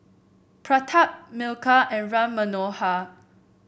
Pratap Milkha and Ram Manohar